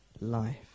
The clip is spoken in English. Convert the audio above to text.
life